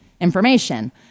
information